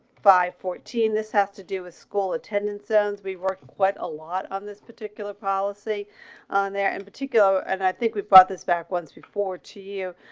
five fourteen, this has to do with school attendance zones. we were quite a lot on this particular policy on there in particular, and i think we brought this back once before to you,